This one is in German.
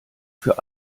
für